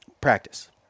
practice